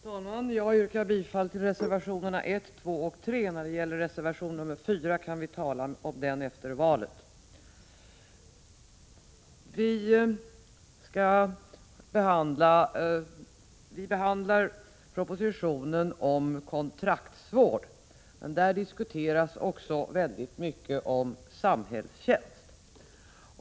Herr talman! Jag yrkar bifall till reservationerna 1, 2 och 3. Reservation 4 kan vi tala om efter valet. Vi behandlar propositionen om kontraktsvård. Där diskuteras också väldigt mycket om samhällstjänst.